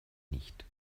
nicht